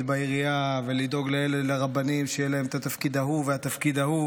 בעירייה ולדאוג לרבנים שיהיה להם את התפקיד ההוא והתפקיד ההוא,